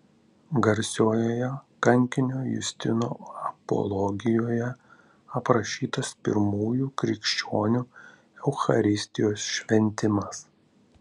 garsiojoje kankinio justino apologijoje aprašytas pirmųjų krikščionių eucharistijos šventimas